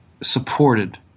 supported